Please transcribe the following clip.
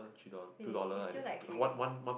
really is still like three